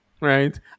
Right